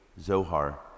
Zohar